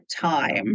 time